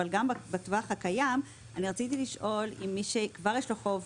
אבל גם בטווח הקיים אני רציתי לשאול אם מי שכבר יש לו חוב,